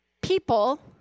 people